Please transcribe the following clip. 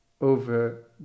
over